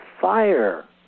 fire